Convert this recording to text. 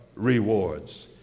Rewards